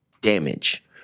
damage